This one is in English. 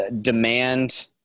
demand